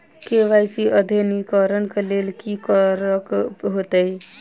KYC अद्यतनीकरण कऽ लेल की करऽ कऽ हेतइ?